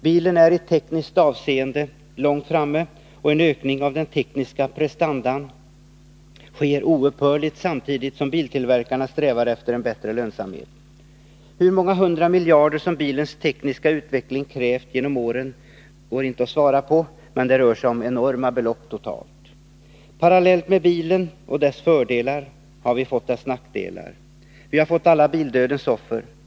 Bilen är i tekniskt avseende långt framme, och en ökning av den tekniska prestandan sker oupphörligt, samtidigt som biltillverkarna strävar efter bättre lönsamhet. Hur många hundra miljarder som bilens tekniska utveckling krävt genom åren går inte att svara på, men det rör sig om enorma belopp totalt sett. Parallellt med bilen och dess fördelar har vi fått dess nackdelar. Vi har fått alla bildödens offer.